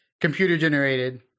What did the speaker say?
computer-generated